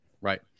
Right